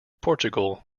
portugal